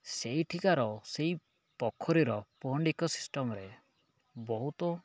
ସେଇଠିକାର ସେଇ ପୋଖରୀର ସିଷ୍ଟମରେ ବହୁତ